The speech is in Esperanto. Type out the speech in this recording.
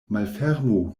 malfermu